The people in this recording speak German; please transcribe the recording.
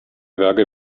werke